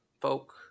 folk